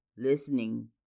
listening